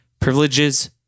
privileges